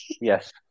Yes